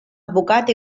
advocat